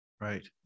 Right